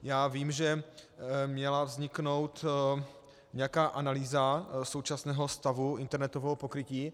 Já vím, že měla vzniknout nějaká analýza současného stavu internetového pokrytí.